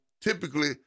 typically